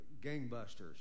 gangbusters